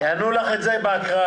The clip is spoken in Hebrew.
יענו לך על זה בהקראה.